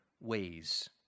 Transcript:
ways